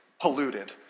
polluted